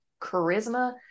charisma